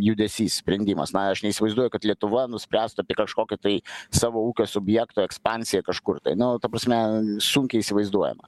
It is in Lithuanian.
judesys sprendimas na aš neįsivaizduoju kad lietuva nuspręstų apie kažkokį tai savo ūkio subjekto ekspansiją kažkur tai na o ta prasme sunkiai įsivaizduojama